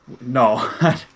no